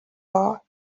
far